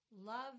Love